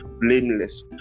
blameless